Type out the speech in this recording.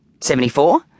Seventy-four